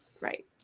right